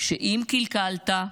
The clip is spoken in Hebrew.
שאם קלקלת,